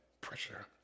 pressure